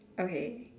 okay